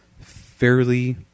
fairly